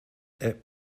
app